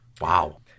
Wow